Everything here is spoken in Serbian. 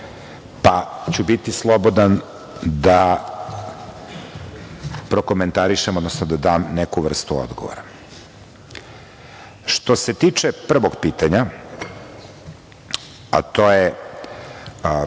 pa ću biti slobodan da prokomentarišem, odnosno da dam neku vrstu odgovora. Što se tiče prvog pitanja, a to je